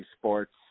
Sports